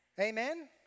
Amen